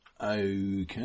Okay